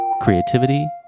creativity